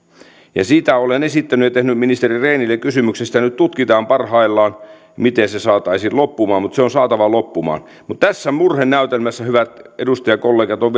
siitä olen esittänyt ministeri rehnille kysymyksen sitä nyt tutkitaan parhaillaan miten se saataisiin loppumaan mutta se on saatava loppumaan mutta tässä murhenäytelmässä hyvät edustajakollegat on